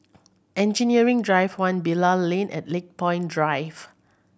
Engineering Drive One Bilal Lane and Lakepoint Drive